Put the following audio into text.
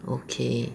okay